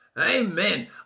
amen